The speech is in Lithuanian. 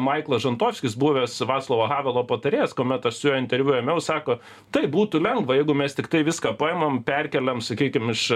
maiklas žantofskis buvęs vaclovo havelo patarėjas kuomet aš su juo interviu ėmiau sako taip būtų lengva jeigu mes tiktai viską paimam perkeliam sakykim iš